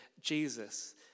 Jesus